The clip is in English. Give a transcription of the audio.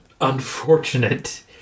unfortunate